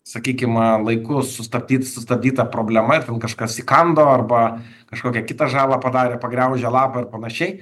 sakykim laiku sustabdyt sustabdyta problema ir ten kažkas įkando arba kažkokią kitą žalą padarė pagraužė lapą ar panašiai